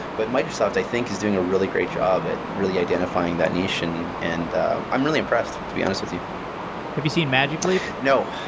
but microsoft, i think is doing a really great job at really identifying that niche and and i'm really impressed, to be honest with you have you seen magic leap? no.